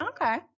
okay